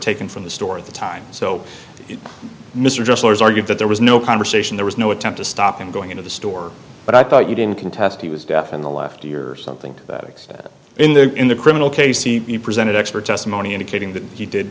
taken from the store at the time so mr just lawyers argued that there was no conversation there was no attempt to stop him going into the store but i thought you didn't contest he was deaf in the last year or something to that extent in the in the criminal case you presented expert testimony indicating that he did